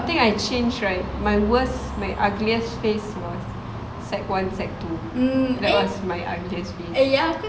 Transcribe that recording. I think I change right my worst my ugliest face was sec one sec two that was my ugliest face